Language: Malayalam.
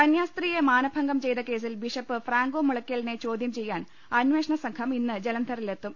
കന്യാസ്ത്രീയെ മാനഭംഗം ചെയ്ത കേസിൽ ബിഷപ്പ് ഫ്രാങ്കോ മുളയ്ക്കലിനെ ചോദ്യം ചെയ്യാൻ അന്വേഷണസംഘം ഇന്ന് ജലന്ധറിലെത്തും